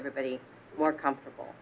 everybody more comfortable